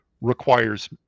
requires